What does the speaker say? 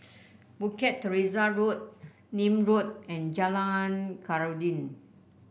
Bukit Teresa Road Nim Road and Jalan Khairuddin